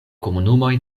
komunumoj